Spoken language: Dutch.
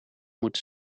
moeten